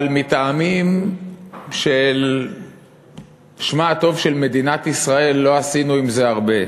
אבל מטעמים של שמה הטוב של מדינת ישראל לא עשינו עם זה הרבה.